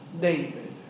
David